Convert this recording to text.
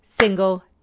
single